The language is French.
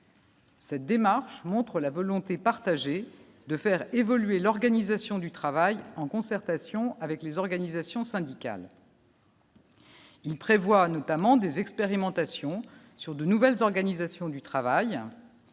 Cette démarche montre la volonté partagée de faire évoluer l'organisation du travail, en concertation avec les organisations syndicales. Il prévoit notamment des expérimentations sur de nouvelles organisations du travail